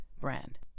brand